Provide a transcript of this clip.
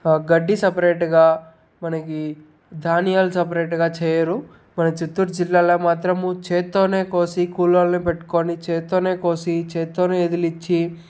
గడ్డి సపరేట్గా మనకి ధాన్యాలు సపరేట్గా చేయరు మన చిత్తూరు జిల్లాలో మాత్రము చేత్తోనే కోసి కూలోల్లను పెట్టుకొని చేత్తోనే కోసి చేత్తోనే విదిలించి